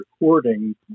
recording